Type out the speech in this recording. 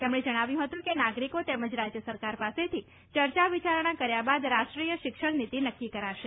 તેમણે જણાવ્યું હતું કે નાગરિકો તેમજ રાજ્ય સરકાર પાસેથી ચર્ચા વિચારણા કર્યા બાદ રાષ્ટ્રીય શિક્ષણ નીતિ નક્કી કરાશે